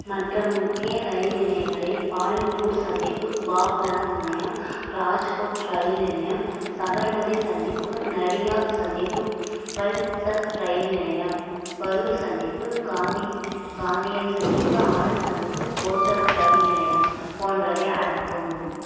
மற்ற முக்கிய ரயில் நிலையங்களில் பாலன்பூர் சந்திப்பு பாவ்நகர் முனையம் ராஜ்கோட் ரயில் நிலையம் சபர்மதி சந்திப்பு நடியாத் சந்திப்பு வல்சத் ரயில் நிலையம் பரூர் சந்திப்பு காந்தி காந்தியம் சந்திப்பு ஆனந்த் சந்திப்பு கோத்ரத் ரயில் நிலையம் போன்றவை அடங்கும்